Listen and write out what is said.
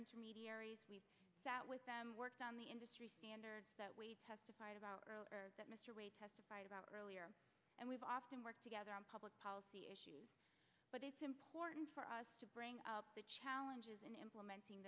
intermediaries we sat with them worked on the industry standards that we testified about earlier that mr wade testified about earlier and we've often worked together on public policy issues but it's important for us to bring up the challenges in implementing